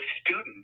student